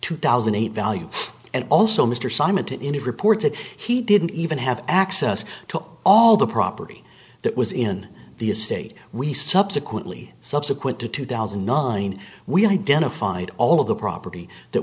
two thousand eight value and also mr simon to in his report said he didn't even have access to all the property that was in the estate we subsequently subsequent to two thousand and nine we identified all of the property that